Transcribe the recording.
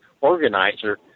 organizer